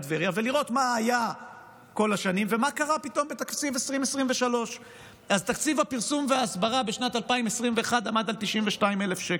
טבריה ולראות מה היה כל השנים ומה קרה פתאום בתקציב 2023. אז תקציב הפרסום וההסברה בשנת 2021 עמד על 92,000 שקל.